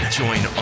join